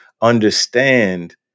understand